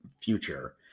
future